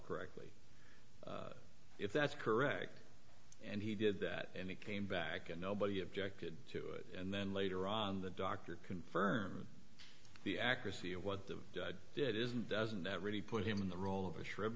correctly if that's correct and he did that and it came back and nobody objected to it and then later on the doctor confirm the accuracy of what the judge did isn't doesn't really put him in the role of a shri